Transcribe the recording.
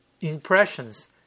impressions